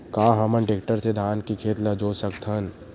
का हमन टेक्टर से धान के खेत ल जोत सकथन?